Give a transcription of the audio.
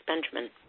Benjamin